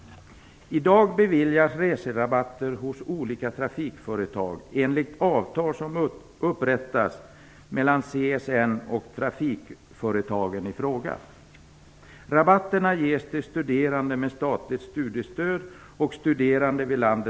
I dag beviljas reserabatter hos olika trafikföretag enligt avtal som upprättas mellan CSN och trafikföretagen i fråga.